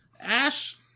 Ash